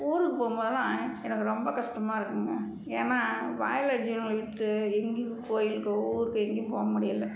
ஊருக்கு போகும்போதெல்லாம் எனக்கு ரொம்ப கஷ்டமாக இருக்குதுங்க ஏனால் வாயில்லா ஜீவனை விட்டு எங்கேயும் கோயிலுக்கோ ஊருக்கோ எங்கேயும் போக முடியலை